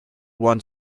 want